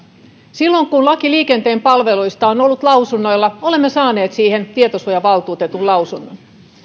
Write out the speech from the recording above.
silloin kun laki liikenteen palveluista on ollut lausunnoilla olemme saaneet siihen tietosuojavaltuutetun lausunnon